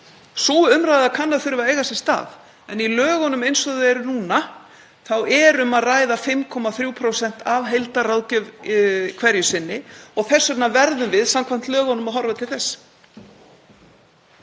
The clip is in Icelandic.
Sú umræða kann að þurfa að eiga sér stað. En í lögunum eins og þau eru núna er um að ræða 5,3% af heildarráðgjöf hverju sinni og þess vegna verðum við samkvæmt lögunum að horfa til þess.